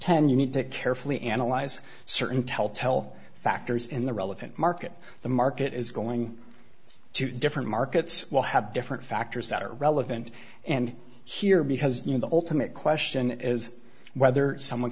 ten you need to carefully analyze certain tell tell factors in the relevant market the market is going to different markets will have different factors that are relevant and here because of the ultimate question is whether someone